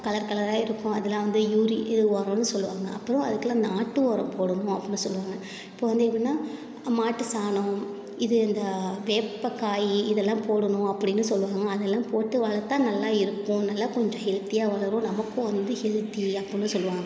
colour கலராக இருக்கும் அதில் வந்து யூரி ஆ ஒரம்ன்னு சொல்வாங்க அப்பறம் அதுக்குலாம் நாட்டு ஒரம் போடணும் அப்டின்னு சொல்வாங்க இப்போ வந்து எப்படினா மாட்டு சாணம் இது இந்த வேப்பங் காய் இதெல்லாம் போடணும் அப்படின்னு சொல்வாங்க அதெல்லாம் போட்டு வளர்த்தா நல்லா இருக்கும் நல்லா கொஞ்சம் ஹெல்த்தியாக வளரும் நமக்கும் வந்து ஹெல்த்தியாக இருக்கும்ன்னு சொல்வாங்க